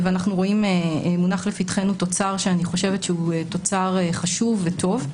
ומונח לפתחנו תוצר שאני חושבת שהוא תוצר חשוב וטוב.